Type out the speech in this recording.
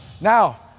Now